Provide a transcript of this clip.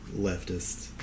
leftist